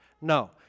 No